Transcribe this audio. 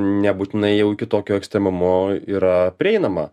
nebūtinai jau iki tokio ekstremumo yra prieinama